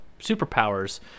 superpowers